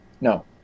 no